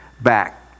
back